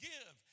Give